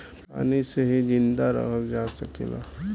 पानी से ही जिंदा रहल जा सकेला